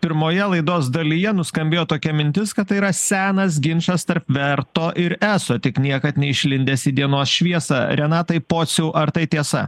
pirmoje laidos dalyje nuskambėjo tokia mintis kad tai yra senas ginčas tarp verto ir eso tik niekad neišlindęs į dienos šviesą renatai pociau ar tai tiesa